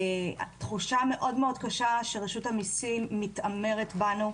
תחושה מאוד מאוד קשה שרשות המיסים מתעמרת בנו.